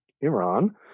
Iran